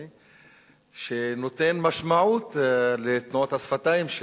שנותן משמעות לתנועות השפתיים שלנו.